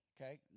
okay